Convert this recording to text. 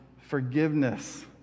forgiveness